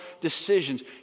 decisions